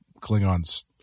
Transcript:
Klingons